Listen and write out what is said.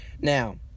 Now